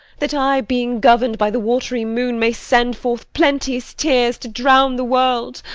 that i, being govern'd by the watery moon, may send forth plenteous tears to drown the world!